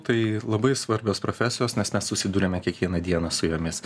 tai labai svarbios profesijos nes mes susiduriame kiekvieną dieną su jomis